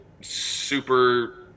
super